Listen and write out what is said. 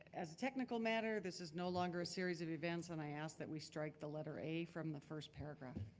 as a technical matter, this is no longer a series of events, and i ask that we strike the letter a from the first paragraph.